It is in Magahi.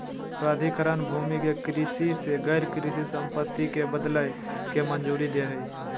प्राधिकरण भूमि के कृषि से गैर कृषि संपत्ति में बदलय के मंजूरी दे हइ